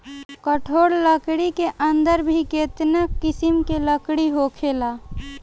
कठोर लकड़ी के अंदर भी केतना किसिम के लकड़ी होखेला